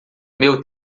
meu